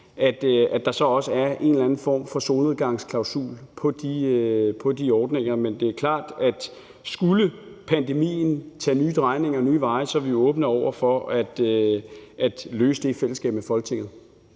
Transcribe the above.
at der er en anden form for solnedgangsklausul for de ordninger. Men det er klart, at skulle pandemien tage nye drejninger og nye veje, er vi åbne over for at løse det i fællesskab med Folketinget.